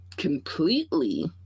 completely